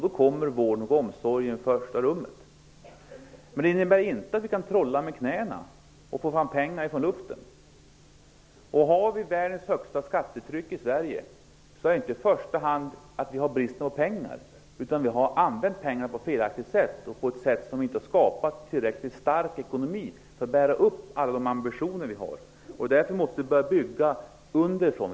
Då kommer vården och omsorgen i första rummet. Men detta innebär inte att vi kan trolla med knäna och få fram pengar från luften. Eftersom vi har världens högsta skattetryck i Sverige beror problemen inte i första hand på att det har varit brist på pengar. Vi har använt pengarna på ett felaktigt sätt, på ett sätt som inte har skapat tillräckligt stark ekonomi för att bära upp alla de ambitioner som vi har. Därför måste vi börja bygga underifrån.